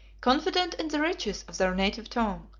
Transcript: confident in the riches of their native tongue,